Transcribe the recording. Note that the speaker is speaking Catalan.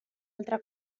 altra